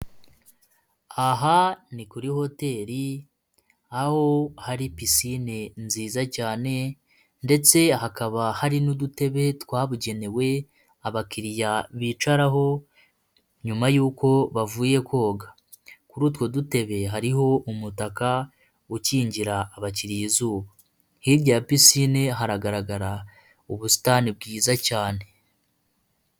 Aha ni kuri hoteli aho hari pissinine nziza cyane, ndetse hakaba hari n'udutebe twabugenewe abakiriya bicaraho nyuma yuko bavuye koga, kuri utwo dutebe hariho umutaka ukingira abakiriya izuba hirya ya pisine, haragaragara ubusitani bwiza cyane.